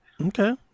Okay